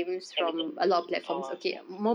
everything oh